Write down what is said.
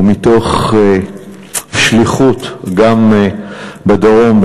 ומתוך שליחות גם בדרום.